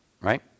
right